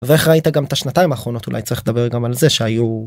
ואיך ראית גם את השנתיים האחרונות, אולי צריך לדבר גם על זה שהיו...